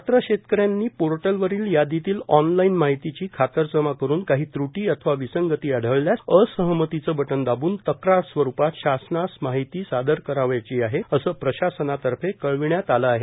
पात्र शेतकऱ्यांनी पोर्टलवरील यादीतील ऑन लाईन माहितीची खातरजमा करून काही त्र्टी अथवा विसंगती आढळल्यास असहमतीचे बटन दाबून तक्रार स्वरुपात शासनास माहिती सादर करावयाची आहे असं प्रशासनातर्फे कळविण्यात आलं आहे